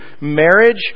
marriage